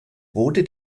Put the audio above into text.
wurde